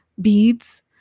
beads